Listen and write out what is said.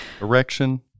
Erection